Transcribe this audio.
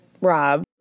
Rob